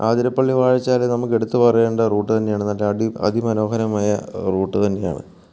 അതിരപ്പള്ളി വാഴച്ചാല് നമുക്ക് എടുത്തു പറയേണ്ടേ റൂട്ട് തന്നെയാണ് നല്ല അടി അതിമനോഹരമായ റൂട്ട് തന്നെയാണ്